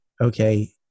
okay